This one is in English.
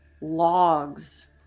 logs